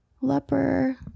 Leper